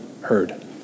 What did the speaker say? heard